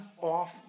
off